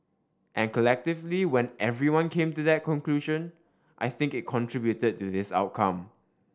and collectively when everyone came to that conclusion I think it contributed to this outcome